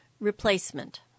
Replacement